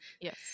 yes